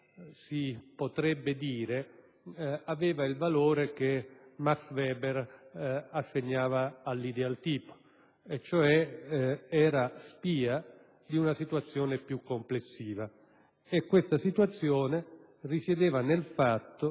si potrebbe dire, aveva il valore che Max Weber assegnava all'idealtipo. Era cioè spia di una situazione più complessiva e questa situazione risiedeva nel fatto che